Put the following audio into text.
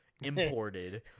imported